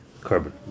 carbon